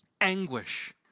Anguish